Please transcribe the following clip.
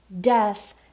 death